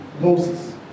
Moses